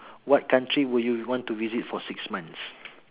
what country would you want to visit for six months